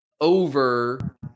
over